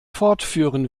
fortführen